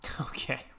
Okay